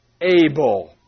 able